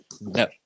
No